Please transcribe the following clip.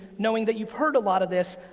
knowing that you've heard a lot of this,